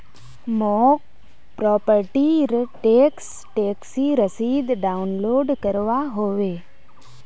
मौक प्रॉपर्टी र टैक्स टैक्सी रसीद डाउनलोड करवा होवे